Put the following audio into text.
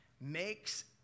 makes